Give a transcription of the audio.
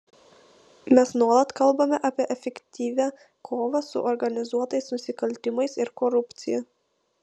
mes nuolat kalbame apie efektyvią kovą su organizuotais nusikaltimais ir korupcija